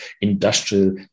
industrial